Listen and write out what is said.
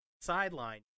Sideline